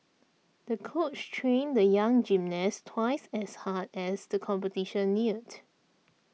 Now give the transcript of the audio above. the coach trained the young gymnast twice as hard as the competition neared